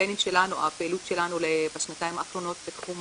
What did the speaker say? שהקמפיינים שלנו והפעילות שלנו בשנתיים האחרונות בתחום